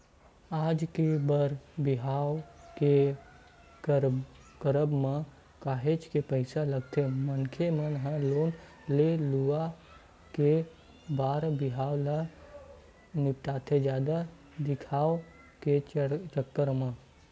आज के बर बिहाव के करब म काहेच के पइसा लगथे मनखे मन ह लोन ले लुवा के बर बिहाव ल निपटाथे जादा दिखावा के चक्कर म